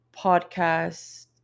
podcast